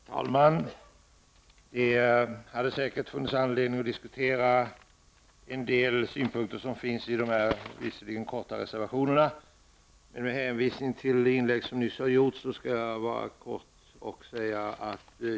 Herr talman! Det hade säkert funnits anledning att diskutera en del av de synpunkter som finns i dessa visserligen korta reservationer. Men med hänvisning till det inlägg som nyss har gjorts skall jag fatta mig kort.